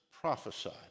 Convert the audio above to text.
prophesied